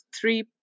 three